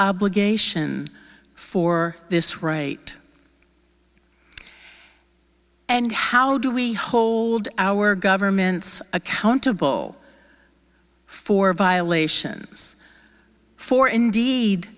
obligation for this right and how do we hold our governments accountable for violations for indeed